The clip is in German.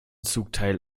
zugteil